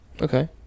Okay